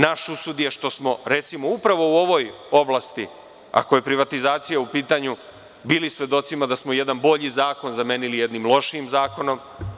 Naš usud je što smo upravo u ovoj oblasti, ako je privatizacija u pitanju, bili svedoci da smo jedan bolji zakon zamenili jednim lošijim zakonom.